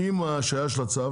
עם ההשהיה של הצו,